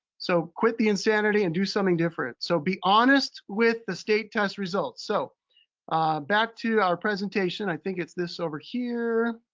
so quit the insanity and do something different. so be honest with the state test results. so back to our presentation, i think it's this over here.